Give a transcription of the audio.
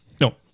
No